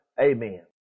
amen